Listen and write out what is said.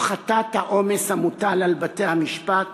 הפחתת העומס המוטל על בתי-המשפט